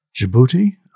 Djibouti